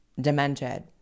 demented